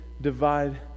divide